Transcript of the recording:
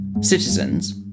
citizens